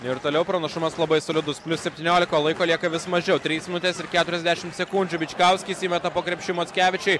ir toliau pranašumas labai solidus plius septyniolika o laiko lieka vis mažiau trys minutės ir keturiasdešimt sekundžių bičkauskis įmeta po krepšiu mockevičiui